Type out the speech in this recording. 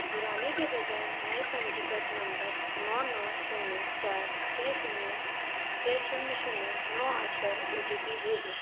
पुराने के बजाय नए पंजीकृत नम्बर नौ नौ शून्य चार छः शून्य छः शून्य शून्य नौ आठ पर ओ टी पी भेजें